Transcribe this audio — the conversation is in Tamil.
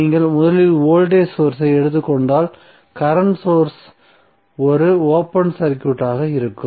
நீங்கள் முதலில் வோல்டேஜ் சோர்ஸ் ஐ எடுத்துக் கொண்டால் கரண்ட் சோர்ஸ் ஒரு ஓபன் சர்க்யூட் ஆக இருக்கும்